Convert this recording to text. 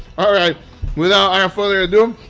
alright without ah further ado,